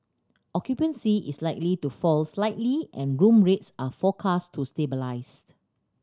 occupancy is likely to fall slightly and room rates are forecast to stabilise